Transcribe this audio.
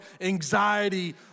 anxiety